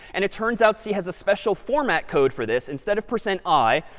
and it turns out c has a special format code for this. instead of percent i,